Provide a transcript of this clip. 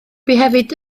hefyd